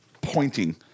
pointing